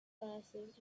classes